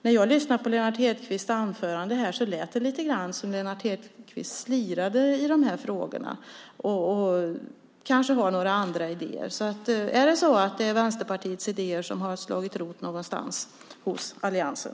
När jag lyssnade på Lennart Hedquists anförande lät lite grann som om Lennart Hedquist slirade i de här frågorna och kanske har några andra idéer. Har Vänsterpartiets idéer slagit rot någonstans hos alliansen?